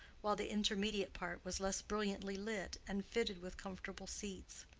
while the intermediate part was less brilliantly lit, and fitted with comfortable seats.